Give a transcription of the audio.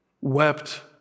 wept